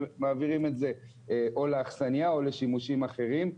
ומעבירים את זה או לאכסניה או לשימושים אחרים.